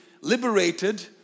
liberated